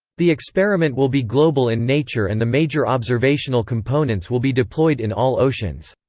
the experiment will be global in nature and the major observational components will be deployed in all oceans.